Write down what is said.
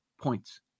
points